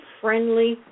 friendly